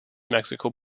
mexico